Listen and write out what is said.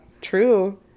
True